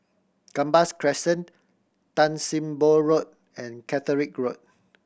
Gambas Crescent Tan Sim Boh Road and Caterick Road